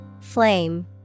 Flame